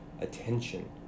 attention